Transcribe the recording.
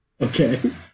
okay